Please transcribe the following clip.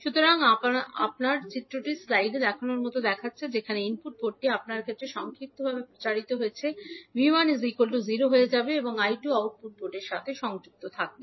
সুতরাং আপনার চিত্রটি স্লাইডে দেখানো মত দেখাচ্ছে যেখানে ইনপুট পোর্টটি আপনার ক্ষেত্রে সংক্ষিপ্তভাবে প্রচারিত হয়েছে 𝐕1 0 হয়ে যাবে এবং 𝐈2 আউটপুট পোর্টের সাথে সংযুক্ত থাকবে